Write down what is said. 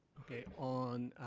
ok, on